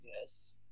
Yes